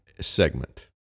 segment